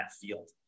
field